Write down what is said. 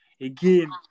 again